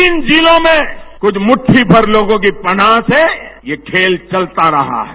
तीन जिलों में कुछ मुद्वीमर लोगों की पनाह से ये खेल चलता रहा है